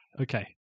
Okay